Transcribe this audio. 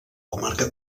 comarca